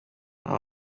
nabo